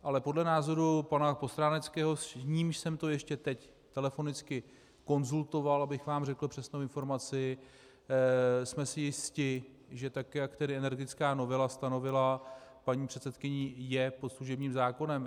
Ale podle názoru pana Postráneckého, s nímž jsem to ještě teď telefonicky konzultoval, abych vám řekl přesnou informaci, jsme si jisti, že tak jak energetická novela stanovila, paní předsedkyně je pod služebním zákonem.